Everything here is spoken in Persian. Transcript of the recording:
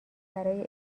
برای